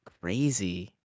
crazy